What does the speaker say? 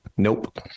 Nope